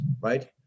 right